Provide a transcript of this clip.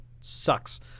sucks